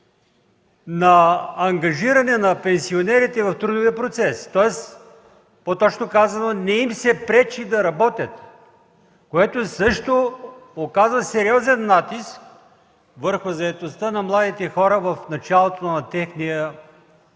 на ангажиране на пенсионерите в трудовия процес. Тоест, по-точно казано, не им се пречи да работят, което също оказва сериозен натиск върху заетостта на младите хора в началото на техния